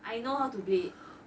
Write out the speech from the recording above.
I know how to blade